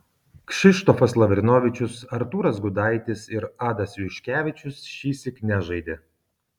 kšištofas lavrinovičius artūras gudaitis ir adas juškevičius šįsyk nežaidė